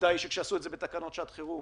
העובדה היא שכשעשו את זה בתקנות שעת חירום